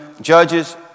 judges